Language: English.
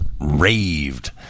raved